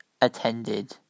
attended